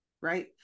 right